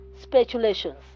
speculations